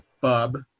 Bub